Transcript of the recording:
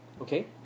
okay